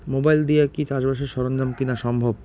Mobile দিয়া কি চাষবাসের সরঞ্জাম কিনা সম্ভব?